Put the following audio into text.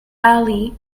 ali